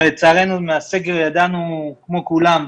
הרי לצערנו מהסגר ידענו, כמו כולם,